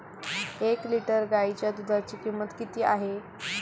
एक लिटर गाईच्या दुधाची किंमत किती आहे?